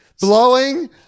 blowing